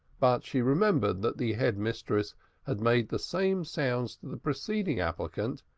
but she remembered that the head mistress had made the same sounds to the preceding applicant,